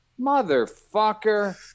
motherfucker